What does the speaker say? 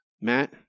Matt